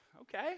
okay